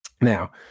Now